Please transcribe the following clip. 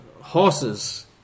horses